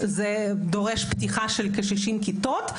זה דורש פתיחת כשישים כיתות.